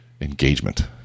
engagement